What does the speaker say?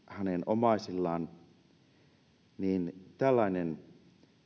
hänen omaisillaan niin tällainen